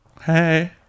hey